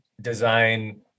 design